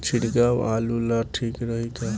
छिड़काव आलू ला ठीक रही का?